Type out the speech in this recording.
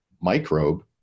microbe